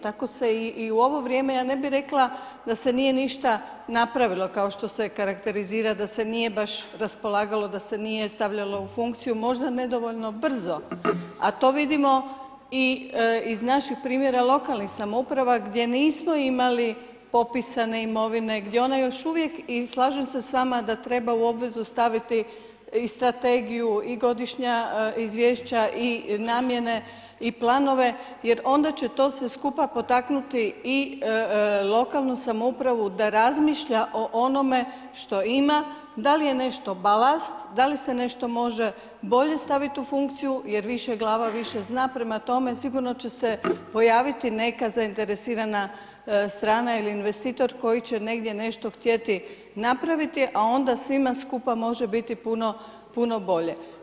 Tako se i u ovo vrijeme ja ne bi rekla da se nije ništa napravilo kao što se karakterizira da se nije baš raspolagalo, da se nije stavljalo u funkciju možda nedovoljno brzo, a to vidimo i iz naših primjera lokalnih samouprava gdje nismo imali popisane imovine, gdje ona još uvijek i slažem se s vama da treba u obvezu staviti i strategiju i godišnja izvješća i namjene i planove jer onda će to sve skupa potaknuti i lokalnu samoupravu da razmišlja o onome što ima da li je nešto balast, da li se nešto može bolje staviti u funkciju jer više glava više zna, prema tome sigurno će se pojaviti neka zainteresirana strana ili investitor koji će negdje nešto htjeti napraviti, a onda svima skupa može biti puno bolje.